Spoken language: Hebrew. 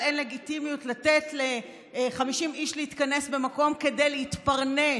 אבל אין לגיטימיות לתת ל-50 איש להתכנס במקום כדי להתפרנס,